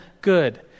good